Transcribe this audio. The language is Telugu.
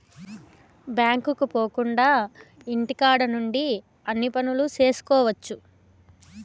బ్యాంకుకు పోకుండా ఇంటికాడ నుండి అన్ని పనులు చేసుకోవచ్చు